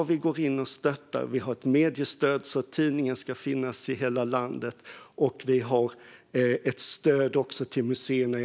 Vi går in och stöttar - vi har ett mediestöd så att tidningar ska finnas i hela landet, och vi har ett stöd även till museerna.